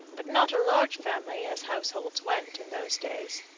but not a large family as households went in those days.